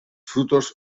frutos